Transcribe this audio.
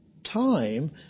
time